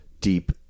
deep